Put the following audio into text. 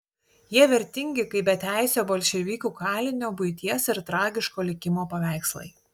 jie vertingi kaip beteisio bolševikų kalinio buities ir tragiško likimo paveikslai